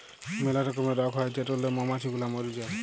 ম্যালা রকমের রগ হ্যয় যেটরলে মমাছি গুলা ম্যরে যায়